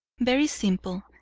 very simple,